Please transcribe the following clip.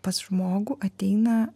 pas žmogų ateina